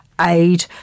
aid